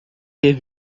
ter